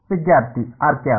ವಿದ್ಯಾರ್ಥಿ R cap